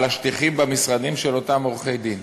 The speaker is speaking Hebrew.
השטיחים במשרדים של אותם עורכי-דין,